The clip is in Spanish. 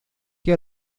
que